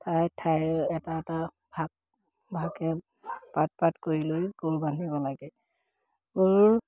ঠায়ে ঠায়ে এটা এটা ভাগ ভাগে পাৰ্ট পাৰ্ট কৰি লৈ গৰু বান্ধিব লাগে গৰুৰ